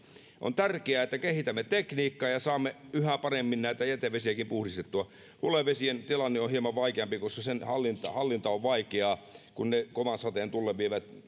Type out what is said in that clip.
on tärkeää että kehitämme tekniikkaa ja saamme yhä paremmin näitä jätevesiäkin puhdistettua hulevesien tilanne on hieman vaikeampi koska sen hallinta on vaikeaa kun ne kovan sateen tullen vievät